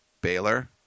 Baylor